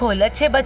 ah let your but